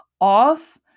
off